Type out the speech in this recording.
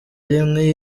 rimwe